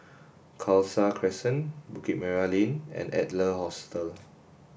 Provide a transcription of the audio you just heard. Khalsa Crescent Bukit Merah Lane and Adler Hostel